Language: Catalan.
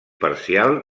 parcial